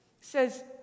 says